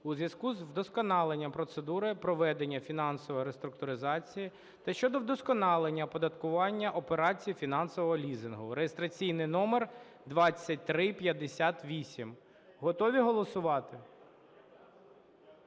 у зв'язку з вдосконаленням процедури проведення фінансової реструктуризації та щодо вдосконалення оподаткування операцій фінансового лізингу (реєстраційний номер 2358). Готові голосувати?